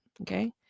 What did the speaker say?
okay